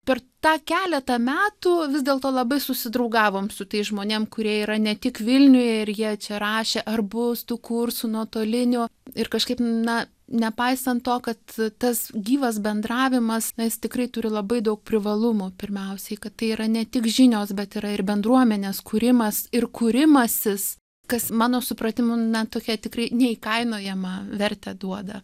per tą keletą metų vis dėlto labai susidraugavom su tais žmonėms kurie yra ne tik vilniuje ir jie čia rašė ar bus tų kursų nuotolinio ir kažkaip na nepaisant to kad tas gyvas bendravimas na jis tikrai turi labai daug privalumų pirmiausiai kad tai yra ne tik žinios bet yra ir bendruomenės kūrimas ir kūrimasis kas mano supratimu na tokią tikrai neįkainojamą vertę duoda